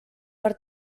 per